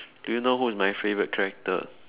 do you know who is my favourite character